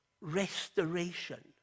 restoration